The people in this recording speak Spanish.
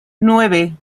nueve